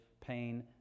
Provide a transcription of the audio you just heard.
pain